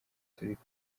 gatolika